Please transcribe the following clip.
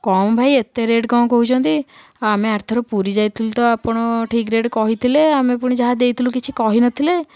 କ'ଣ ଭାଇ ଏତେ ରେଟ କ'ଣ କହୁଛନ୍ତି ଆ ଆମେ ଆରଥର ପୁରୀ ଯାଇଥିଲୁ ତ ଆପଣ ଠିକ୍ ରେଟ କହିଥିଲେ ଆମେ ପୁଣି ଯାହା ଦେଇଥିଲୁ କିଛି କହି ନଥିଲେ